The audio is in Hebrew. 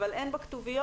אבל אין בה כתוביות,